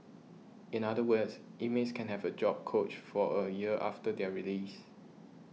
in other words inmates can have a job coach for a year after their release